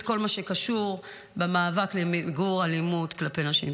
כל מה שקשור במאבק למיגור אלימות כלפי נשים.